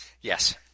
Yes